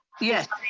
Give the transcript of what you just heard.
yes.